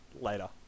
later